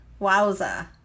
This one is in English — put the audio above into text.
Wowza